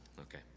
Okay